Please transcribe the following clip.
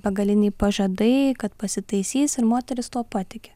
begaliniai pažadai kad pasitaisys ir moterys tuo patiki